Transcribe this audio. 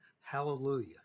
hallelujah